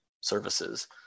services